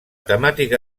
temàtica